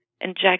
inject